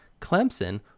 Clemson